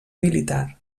militar